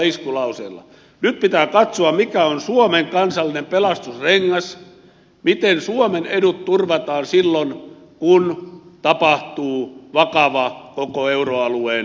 nyt pitää katsoa mikä on suomen kansallinen pelastusrengas miten suomen edut turvataan silloin kun tapahtuu vakava koko euroalueen pohjan pettäminen